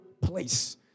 place